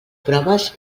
proves